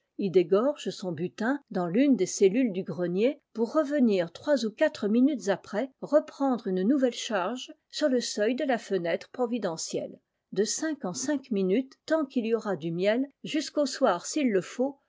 y dégorge son butin dans tune des cellules du grenier pour revenir trois ou quatre minutes après reprendre une nouvelle charge sur le seuil de la fenêtre providentielle de cinq en cinq minutes tant qu'il y aura du miel jusqu'au soir s'il le faut